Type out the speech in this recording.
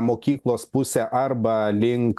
mokyklos pusę arba link